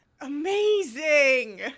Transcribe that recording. Amazing